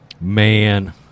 Man